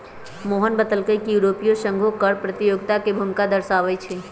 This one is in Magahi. मोहन बतलकई कि यूरोपीय संघो कर प्रतियोगिता के भूमिका दर्शावाई छई